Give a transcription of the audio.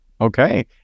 Okay